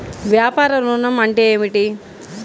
వ్యాపార ఋణం అంటే ఏమిటి?